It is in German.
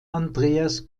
andreas